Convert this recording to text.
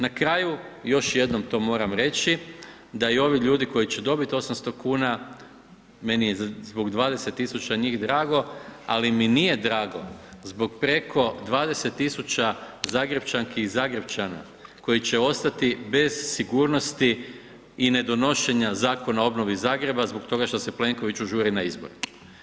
Na kraju još jednom to moram reći, da i ovi ljudi koji će dobiti 800 kn, meni je zbog 20 000 njih drago ali mi nije drago zbog preko 20 000 Zagrepčanki i Zagrepčana koji će ostati bez sigurnosti i nedonošenja Zakona o obnovi Zagreba zbog toga što se Plenkoviću žuri na izbore.